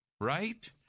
right